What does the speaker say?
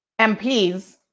MPs